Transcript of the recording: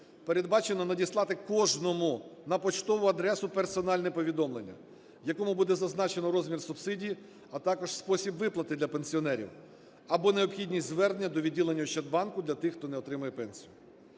передбачено надіслати кожному на поштову адресу персональне повідомлення, в якому буде зазначено розмір субсидії, а також спосіб виплати для пенсіонерів, або необхідність звернення до відділення "Ощадбанку" для тих, хто не отримує пенсію.